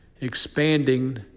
expanding